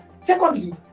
Secondly